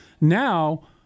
Now